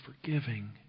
forgiving